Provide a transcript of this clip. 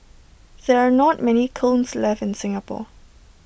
there are not many kilns left in Singapore